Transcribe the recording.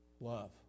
love